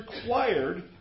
required